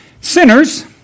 sinners